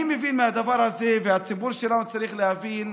אני מבין מהדבר הזה, והציבור שלנו צריך להבין: